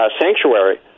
sanctuary